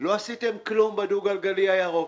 לא עשיתם כלום בדו גלגלי הירוק.